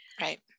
right